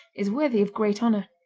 is worthy of great honor.